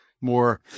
more